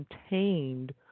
contained